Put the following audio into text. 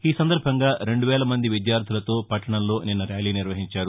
ఈ సందర్బంగా రెండు వేల మంది విద్యార్యలతో పట్టణంలో నిన్న ర్యాలీ నిర్వహించారు